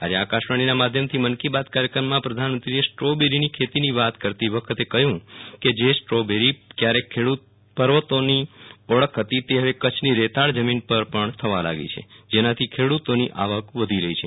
આજે આકાશવાણીના માધ્યમથી મન કી બાત કાર્યક્રમમાં પ્રધાનમંત્રીએ સ્ટ્રોબેરીની ખેતીની વાત કરતી વખતે કહ્યું કે જે સ્ટ્રોબેરી ક્વારેક પર્વતોની ઓળખ હતી તે હવે કચ્છની રેતાળ જમીન પર પણ થવા લાગી છે જેનાથી ખેડૂતોની આવક વધી રહી છે